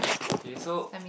okay so